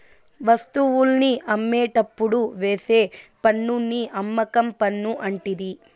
వస్తువుల్ని అమ్మేటప్పుడు వేసే పన్నుని అమ్మకం పన్ను అంటిరి